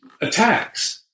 attacks